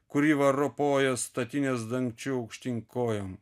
kuri va ropoja statinės dangčiu aukštyn kojom